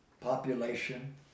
population